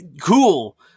cool